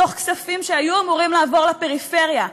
מתוך כספים שהיו אמורים לעבור לפריפריה,